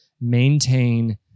maintain